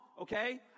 okay